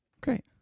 great